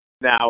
Now